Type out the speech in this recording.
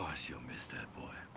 sure miss that boy.